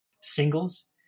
singles